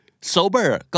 Sober